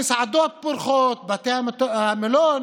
המסעדות פורחות ובתי המלון,